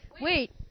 Wait